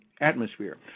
atmosphere